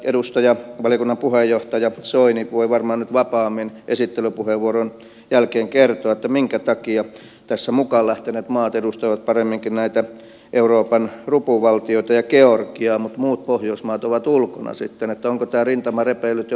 edustaja valiokunnan puheenjohtaja soini voi varmaan nyt vapaammin esittelypuheenvuoron jälkeen kertoa minkä takia tässä mukaan lähteneet maat edustavat paremminkin näitä euroopan rupuvaltioita ja georgiaa mutta muut pohjoismaat ovat ulkona sitten onko tämä rintama repeillyt jo lähtökohtatilanteessa